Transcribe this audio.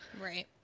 right